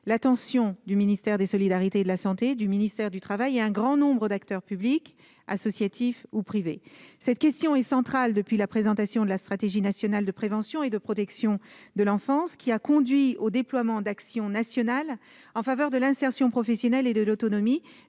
l'attention du ministère des solidarités et de la santé, du ministère du travail et d'un grand nombre d'acteurs publics, associatifs ou privés. Cette question est centrale depuis la présentation de la stratégie nationale de prévention et de protection de l'enfance, qui a conduit au déploiement d'actions nationales en faveur de l'insertion professionnelle et de l'autonomie.